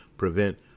prevent